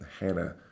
Hannah